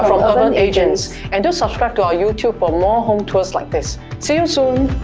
agents and do subscribe to our youtube for more home tours like this see you soon!